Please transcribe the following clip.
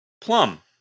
Plum